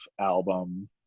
album